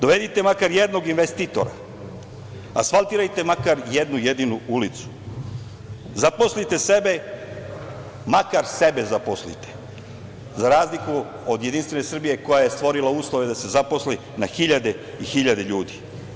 Dovedite makar jednog investitora, asfaltirajte makar jednu jedinu ulicu i makar sebe zaposlite, za razliku od Jedinstvene Srbije koja je stvorila uslove da se zaposli na hiljade i hiljade ljudi.